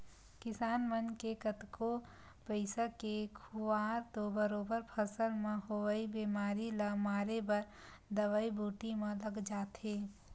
किसान मन के कतको पइसा के खुवार तो बरोबर फसल म होवई बेमारी ल मारे बर दवई बूटी म लग जाथे